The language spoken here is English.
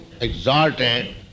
exalted